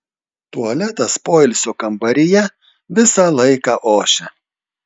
tualetas poilsio kambaryje visą laiką ošia